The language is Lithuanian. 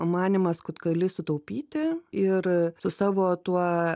manymas kad gali sutaupyti ir su savo tuo